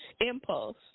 impulse